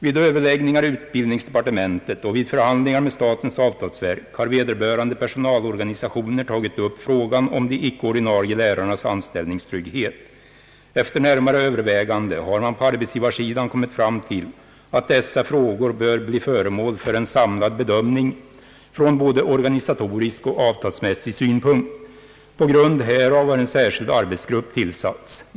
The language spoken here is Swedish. Vid överläggningar i utbildningsdepartementet och vid förhandlingar med statens avtalsverk har vederbörande personalorganisationer tagit upp frågan om de icke-ordinarie lärarnas anställningstrygghet. Efter närmare överväganden har man på arbetsgivarsidan kommit fram till att dessa frågor bör bli föremål för en samlad bedömning från både organisatorisk och avtalsmässig synpunkt. På grund härav har en särskild arbetsgrupp tillsatts.